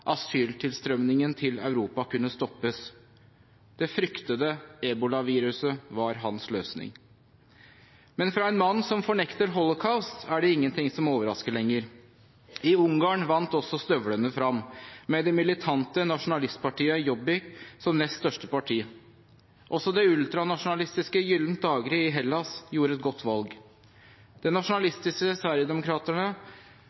asyltilstrømningen til Europa kunne stoppes. Det fryktede ebolaviruset var hans løsning. Men fra en mann som fornekter holocaust, er det ingenting som overrasker lenger. I Ungarn vant også støvlene frem med det militante nasjonalistpartiet Jobbik som nest største parti. Også det ultranasjonalistiske Gyllent daggry i Hellas gjorde et godt valg. Det